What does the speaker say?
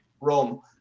Rome